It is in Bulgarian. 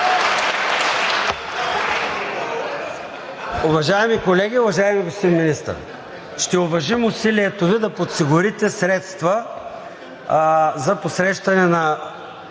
Уважаеми колеги и уважаеми господин Министър, ще уважим усилието Ви да подсигурите средства за посрещане на